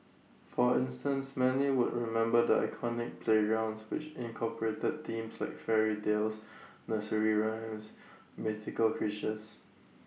for instance many would remember the iconic playgrounds which incorporated themes like fairy tales nursery rhymes mythical creatures